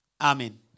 Amen